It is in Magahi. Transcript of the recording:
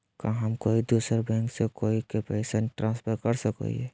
का हम कोई दूसर बैंक से कोई के पैसे ट्रांसफर कर सको हियै?